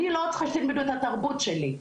אני לא צריכה שתלמדו את התרבות שלי.